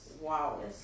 Wow